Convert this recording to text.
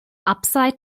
upside